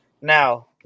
now